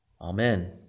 Amen